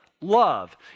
love